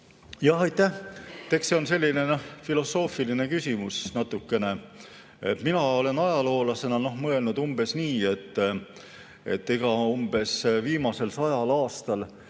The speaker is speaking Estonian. Aitäh! Eks see on selline filosoofiline küsimus natukene. Mina olen ajaloolasena mõelnud nii, et umbes viimasel sajal aastal